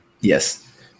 Yes